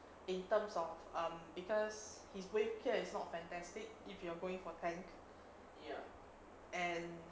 in terms of um because his wave is not fantastic if you are going for tank and